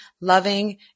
loving